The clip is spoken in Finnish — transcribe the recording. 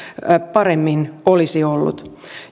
paremmin olisi ollut